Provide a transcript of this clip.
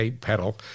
pedal